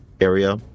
area